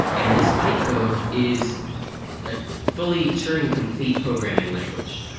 and this byte code is a fully turing complete programming language.